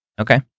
Okay